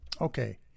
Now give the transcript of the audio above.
Okay